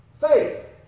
faith